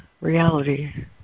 reality